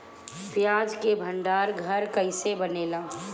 प्याज के भंडार घर कईसे बनेला?